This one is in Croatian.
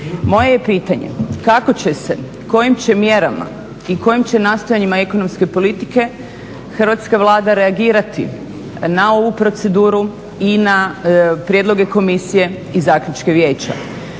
Moje je pitanje kako će se, kojim će mjerama i kojim će nastojanjima ekonomske politike Hrvatska Vlada reagirati na ovu proceduru i na prijedloge komisije i zaključke vijeća.